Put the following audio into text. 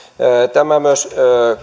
tämä myös